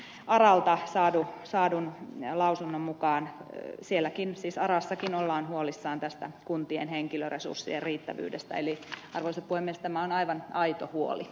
myöskin aralta saadun lausunnon mukaan sielläkin siis arassakin ollaan huolissaan tästä kuntien henkilöresurssien riittävyydestä eli arvoisa puhemies tämä on aivan aito huoli